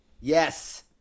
Yes